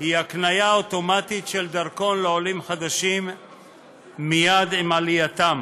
הקניה אוטומטית של דרכון לעולים חדשים מייד עם עלייתם,